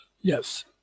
Yes